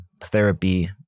therapy